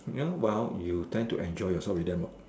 ya well you tend to enjoy yourself with them what